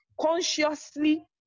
consciously